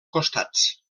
costats